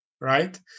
right